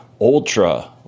ultra